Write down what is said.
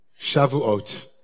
Shavuot